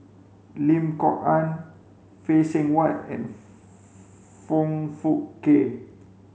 Lim Kok Ann Phay Seng Whatt and Foong Fook Kay